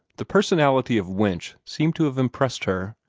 the personality of winch seemed to have impressed her,